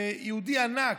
יהודי ענק,